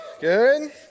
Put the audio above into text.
Good